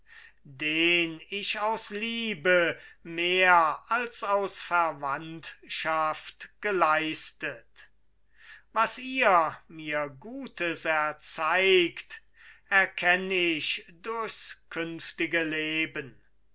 den ich aus liebe mehr als aus verwandtschaft geleistet was ihr mir gutes erzeigt erkenn ich durchs künftige leben